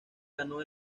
ganó